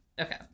Okay